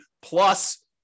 plus